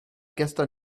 gestern